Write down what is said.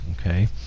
okay